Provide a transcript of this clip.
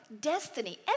destiny